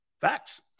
Facts